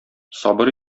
сабыр